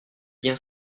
bien